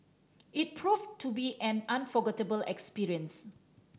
it proved to be an unforgettable experience